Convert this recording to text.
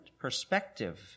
perspective